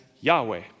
Yahweh